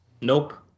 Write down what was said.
Nope